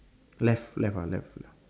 left left ah left left